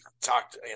talked